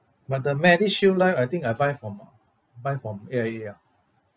but the MediShield Life I think I buy from uh buy from A_I_A ah